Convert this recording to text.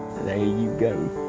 there you go.